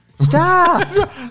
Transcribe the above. stop